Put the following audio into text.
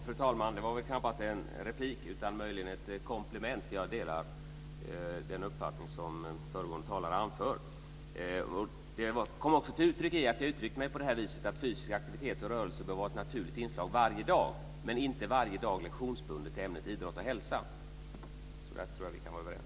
Fru talman! Det var knappast en replik utan möjligen ett komplement. Jag delar den uppfattning som föregående talare anför. Det kom också till uttryck i att jag uttryckte mig på det här viset, att fysisk aktivitet och rörelse bör vara ett naturligt inslag varje dag, men inte varje dag i form av det lektionsbundna ämnet idrott och hälsa. Så där tror jag att vi kan vara överens.